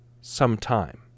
sometime